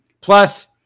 Plus